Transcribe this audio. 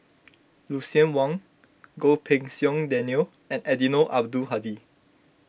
Lucien Wang Goh Pei Siong Daniel and Eddino Abdul Hadi